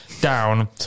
down